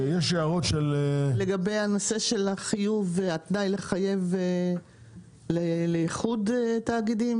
לגבי הנושא של החיוב אשראי, לחייב לחוד תאגידים?